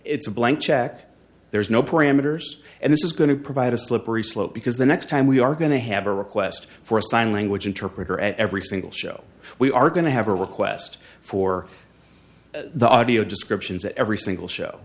it's a blank check there's no parameters and this is going to provide a slippery slope because the next time we are going to have a request for a sign language interpreter at every single show we are going to have a request for the audio descriptions at every single show